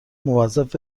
موظف